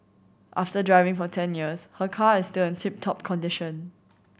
after driving for ten years her car is still in tip top condition